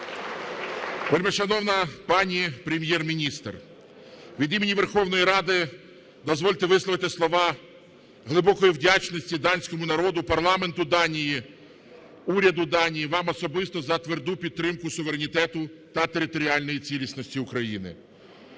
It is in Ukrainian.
Вельмишановна пані Прем'єр-міністр, від імені Верховної Ради дозвольте висловити слова глибокої вдячності данському народу, парламенту Данії, уряду Данії, вам особисто за тверду підтримку суверенітету та територіальної цілісності України.